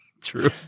true